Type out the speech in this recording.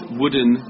wooden